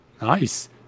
Nice